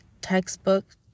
textbook